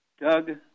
Doug